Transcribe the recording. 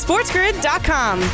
SportsGrid.com